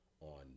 on